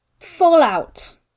Fallout